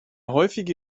häufige